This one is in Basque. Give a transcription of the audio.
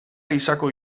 gisako